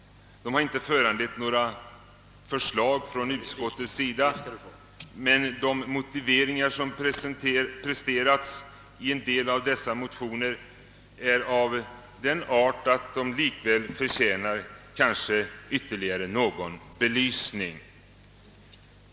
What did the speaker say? De har inte föranlett några förslag från utskottets sida, men de motiveringar som presterats i en del av dessa motioner är av den art att de kanske likväl förtjänar ytterligare belysning.